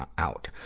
ah out.